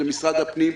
למשרד הפנים,